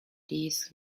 dies